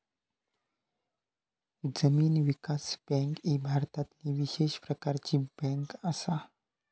जमीन विकास बँक ही भारतातली विशेष प्रकारची बँक असा